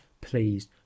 please